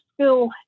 school